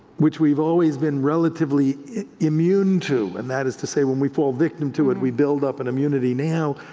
which we've always been relatively immune to, and that is to say when we pull a victim to it, we build up an immunity, now,